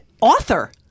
author